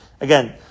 Again